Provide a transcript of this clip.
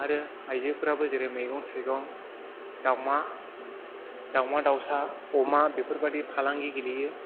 आरो आइजोफोराबो जेरै मैगं थाइगं दावमा दावमा दावसा अमा बेफोरबादि फालांगि गेलेयो